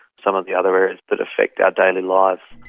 some of the other areas that affect our daily lives.